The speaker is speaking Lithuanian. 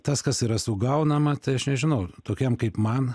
tas kas yra sugaunama tai aš nežinau tokiem kaip man